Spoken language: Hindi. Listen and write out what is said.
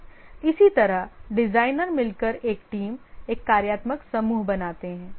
इसी तरह डिजाइनर मिलकर एक टीम एक कार्यात्मक समूह बनाते हैं